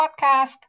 podcast